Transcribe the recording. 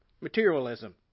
materialism